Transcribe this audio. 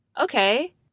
okay